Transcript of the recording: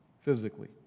physically